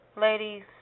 Ladies